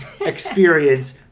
experience